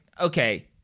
okay